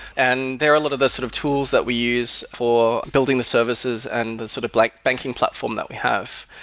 and there are a lot of the sort of tools that we use for building the services and the sort of like banking platform that we have.